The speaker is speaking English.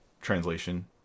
translation